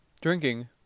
drinking